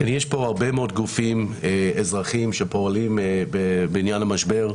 יש פה הרבה מאוד גופים אזרחיים שפועלים בעניין המשבר.